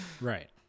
Right